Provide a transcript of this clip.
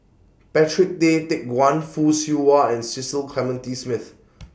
Patrick Tay Teck Guan Fock Siew Wah and Cecil Clementi Smith